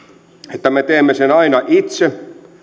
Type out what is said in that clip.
että me teemme sen aina itse